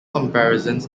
comparisons